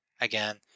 again